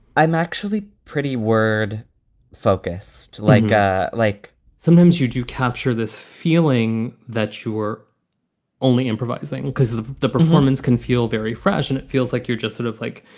i'm actually pretty word focused like ah like sometimes you do capture this feeling that you're only improvising because of the performance can feel very fresh and it feels like you're just sort of like.